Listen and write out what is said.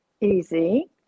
easy